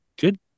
good